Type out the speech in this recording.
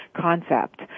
concept